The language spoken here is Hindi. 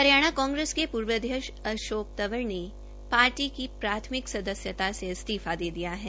हरियाणा कांग्रेस के पूर्व अध्यक्ष अशोक तंवर ने पाटी की प्राथमिक सदस्यता से इस्तीफा दे दिया है